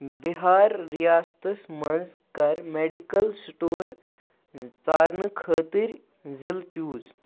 بِہار ریاستس منٛز کر میٚڈِکَل سٕٹور ژارنہٕ خٲطِر ضِلہٕ چوٗز